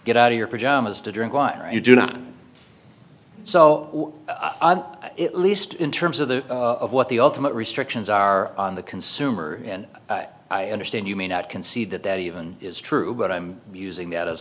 get out of your pajamas to drink wine you do not so it least in terms of the what the ultimate restrictions are on the consumer and i understand you may not concede that that even is true but i'm using that as